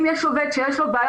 אם יש עובד שיש לו בעיה,